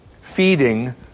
Feeding